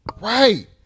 Right